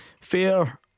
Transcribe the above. Fair